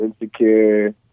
insecure